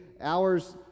hours